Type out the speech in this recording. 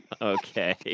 Okay